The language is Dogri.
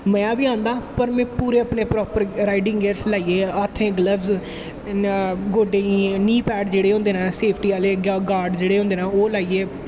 में बी आंदा पर पूरे प्रापर राईड़िंग गेर लाईयै हत्थें गल्वस गोड्डें गी नी पैड़ जेह्ड़े होंदे नै सेफटी आह्ले गाड जेह्ड़े होंदे नै ओह् लाईयै